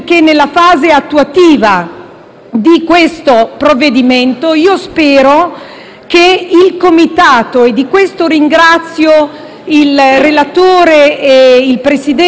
di questo provvedimento, il Comitato - e di questo ringrazio il relatore, il Presidente e tutti i membri della